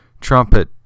trumpet